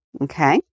okay